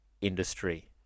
industry